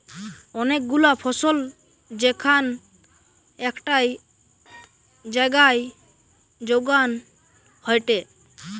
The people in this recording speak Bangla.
অনেক গুলা ফসল যেখান একটাই জাগায় যোগান হয়টে